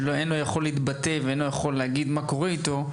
שאינו יכול להתבטא ולהגיד מה קורה איתו,